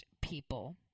people